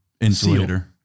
insulator